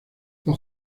los